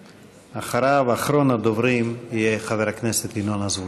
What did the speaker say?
אחריו, אחרון הדוברים יהיה חבר הכנסת ינון אזולאי.